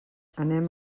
anem